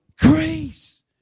Grace